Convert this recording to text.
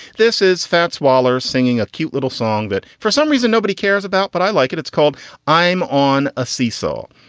this is fats waller singing a cute little song that for some reason nobody cares about. but i like it. it's called i'm on a seesaw.